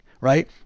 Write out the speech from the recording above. right